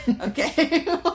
Okay